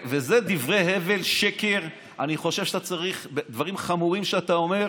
וזה דברי הבל, שקר, דברים חמורים שאתה אומר,